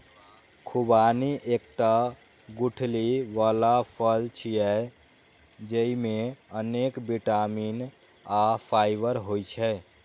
खुबानी एकटा गुठली बला फल छियै, जेइमे अनेक बिटामिन आ फाइबर होइ छै